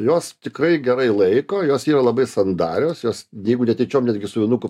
jos tikrai gerai laiko jos yra labai sandarios jos jeigu netyčiom netgi su vynuku